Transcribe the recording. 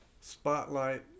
Spotlight